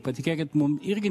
patikėkit mum irgi